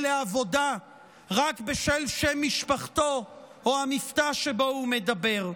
לעבודה רק בשל שם משפחתו או המבטא שבו הוא מדבר,